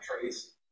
trace